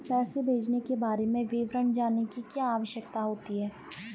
पैसे भेजने के बारे में विवरण जानने की क्या आवश्यकता होती है?